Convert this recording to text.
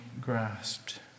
grasped